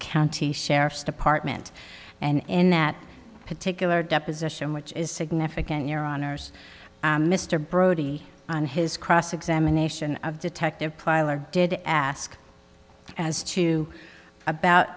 county sheriff's department and in that particular deposition which is significant your honour's mr brody on his cross examination of detective pilar did ask as to about